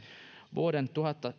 vuoden